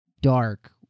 dark